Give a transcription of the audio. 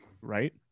right